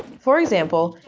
for example,